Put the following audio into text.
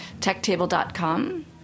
techtable.com